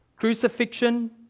crucifixion